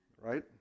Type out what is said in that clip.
Right